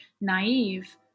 naive